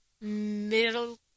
Middle